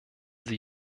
sie